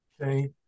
okay